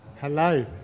hello